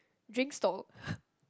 drink stall